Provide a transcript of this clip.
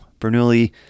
Bernoulli